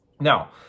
Now